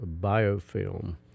biofilm